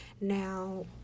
Now